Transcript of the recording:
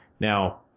Now